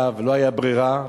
לא היתה ברירה,